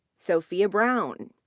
sophia brown,